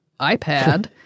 iPad